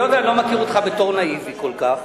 היות שאני לא מכיר אותך בתור נאיבי כל כך,